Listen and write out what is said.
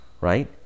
Right